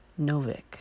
Novik